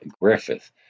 Griffith